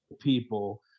people